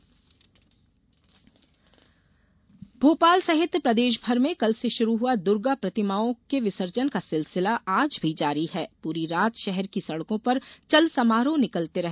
चल समारोह भोपाल सहित प्रदेशभर में कल से शुरू हुआ दुर्गा प्रतिमाओं का विसर्जन का सिलसिला आज भी जारी है पूरी रात शहर की सड़कों पर चल समारोह निकालते रहे